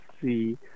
see